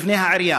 מבנה העירייה,